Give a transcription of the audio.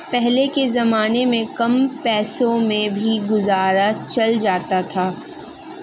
पहले के जमाने में कम पैसों में भी गुजारा चल जाता था